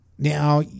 Now